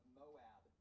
moab